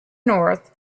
north